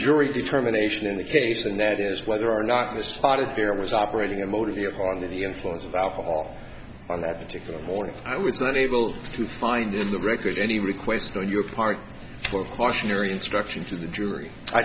jury determination in the case and that is whether or not the spotted bear was operating a motor vehicle under the influence of alcohol on that particular morning i was not able to find is the record any request on your part or cautionary instruction to the jury i